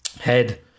Head